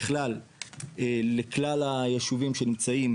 בכלל לכלל היישובים שנמצאים